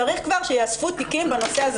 צריך כבר שייאספו תיקים בנושא הזה.